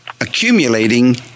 accumulating